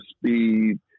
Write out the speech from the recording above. speed